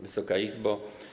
Wysoka Izbo!